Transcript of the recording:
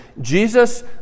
Jesus